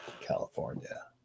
California